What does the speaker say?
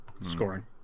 scoring